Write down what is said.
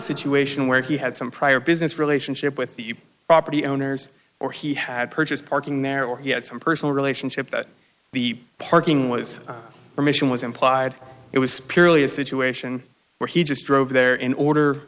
situation where he had some prior business relationship with the property owners or he had purchased parking there or he had some personal relationship that the parking was a mission was implied it was purely a situation where he just drove there in